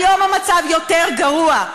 היום המצב יותר גרוע,